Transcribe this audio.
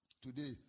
today